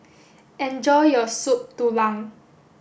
enjoy your soup Tulang